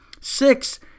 Six